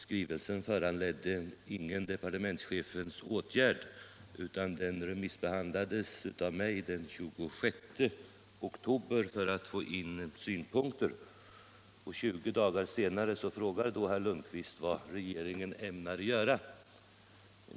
Skrivelsen föranledde ingen departementschefens åtgärd, utan jag sände den på remiss den 26 oktober för att få in synpunkter. Tjugo dagar senare frågade herr Lundkvist vad regeringen ämnar göra.